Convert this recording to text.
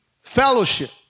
fellowship